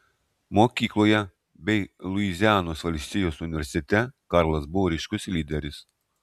mokykloje bei luizianos valstijos universitete karlas buvo ryškus lyderis